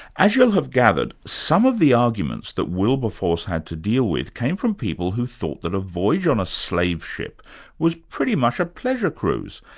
as you'll have gathered, some of the arguments that wilberforce had to deal with came from people who thought that a voyage on a slave ship was pretty much a pleasure cruise.